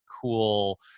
cool